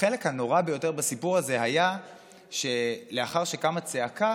החלק הנורא ביותר בסיפור הזה היה שלאחר שקמה צעקה